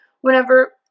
whenever